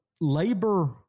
labor